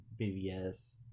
BBS